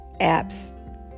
apps